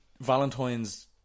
Valentine's